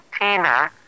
Tina